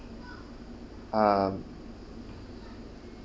um